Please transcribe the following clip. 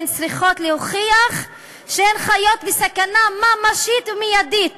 בגלל שהן צריכות להוכיח שהן חיות בסכנה ממשית ומיידית